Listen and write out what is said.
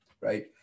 right